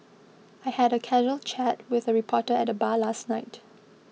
I had a casual chat with a reporter at the bar last night